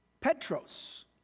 Petros